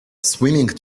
swimming